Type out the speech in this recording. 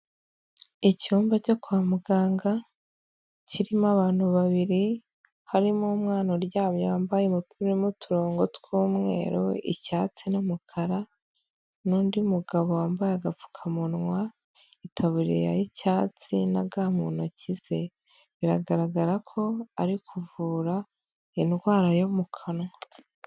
Icyumba cyo kwa muganga kirimo abantu babiri, harimo umwana uryamye yambaye umupira urimo uturongo tw'umweru icyatsi n'umukara, n'undi mugabo wambaye agapfukamunwa itaburiya y'icyatsi na ga mu ntoki ze, biragaragara ko ari kuvura indwara yo mu kanwa.